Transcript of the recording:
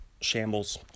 shambles